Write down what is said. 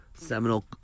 seminal